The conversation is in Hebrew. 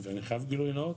ואני חייב גילוי נאות,